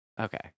Okay